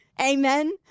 amen